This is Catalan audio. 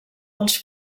dels